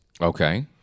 Okay